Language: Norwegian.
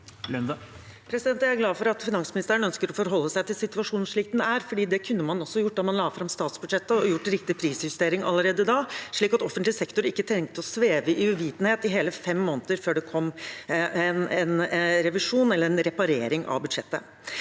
Jeg er glad for at finansministeren ønsker å forholde seg til situasjonen slik den er. Det kunne man også gjort da man la fram statsbudsjettet. Man kunne gjort en riktig prisjustering allerede da, slik at offentlig sektor ikke trengte å sveve i uvitenhet i hele fem måneder før det kom en revisjon eller en reparering av budsjettet.